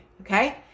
Okay